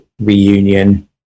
reunion